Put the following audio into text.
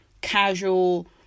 casual